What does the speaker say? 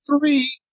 three